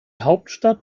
hauptstadt